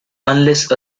unless